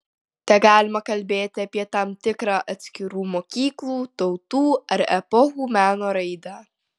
tegalima kalbėti apie tam tikrą atskirų mokyklų tautų ar epochų meno raidą